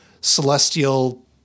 Celestial